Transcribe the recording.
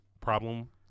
Problem